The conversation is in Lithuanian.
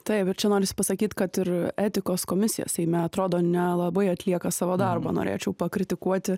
taip ir čia norisi pasakyt kad ir etikos komisija seime atrodo nelabai atlieka savo darbą norėčiau pakritikuoti